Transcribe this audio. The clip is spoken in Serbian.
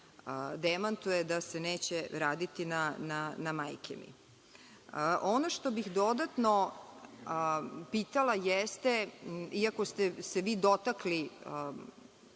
demantuje, da se neće raditi na „majke mi“.Ono što bih dodatno pitala jeste, iako ste se vi dotakli